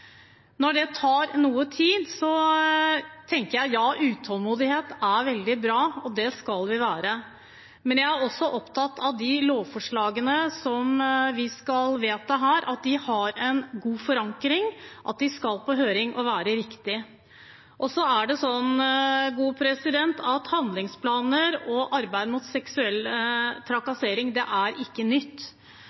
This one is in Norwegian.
Når det tar noe tid, tenker jeg at ja, utålmodighet er veldig bra, og utålmodige skal vi være. Men jeg er også opptatt av at de lovforslagene som vi skal vedta her, har en god forankring, at de skal på høring og være riktige. Så er det slik at handlingsplaner og arbeid mot seksuell trakassering ikke er nytt.